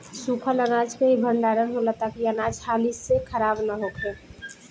सूखल अनाज के ही भण्डारण होला ताकि अनाज हाली से खराब न होखे